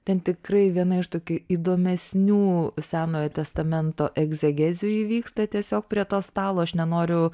ten tikrai viena iš tokių įdomesnių senojo testamento egzegezių įvyksta tiesiog prie to stalo aš nenoriu